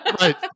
Right